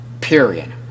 period